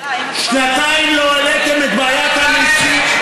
שנתיים לא העליתם את בעיית המיסים.